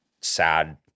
sad